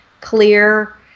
clear